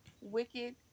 Wicked